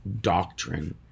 doctrine